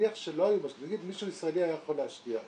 נגיד מישהו ישראלי היה יכול להשקיע.